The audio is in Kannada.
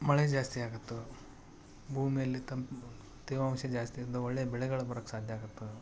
ಮಳೆ ಜಾಸ್ತಿ ಆಗತ್ತೆ ಭೂಮಿಯಲ್ಲಿ ತಂಪು ತೇವಾಂಶ ಜಾಸ್ತಿಯಿಂದ ಒಳ್ಳೆಯ ಬೆಳೆಗಳು ಬರಕೆ ಸಾಧ್ಯ ಆಗತ್ತೆ